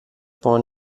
born